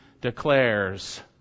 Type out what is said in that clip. declares